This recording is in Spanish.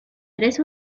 tres